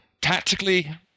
Tactically